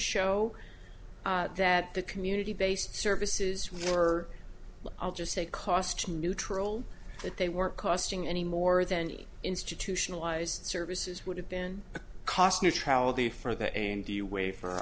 show that the community based services were i'll just say cost neutral that they weren't costing any more than any institutionalized services would have been cost neutrality for the and the way for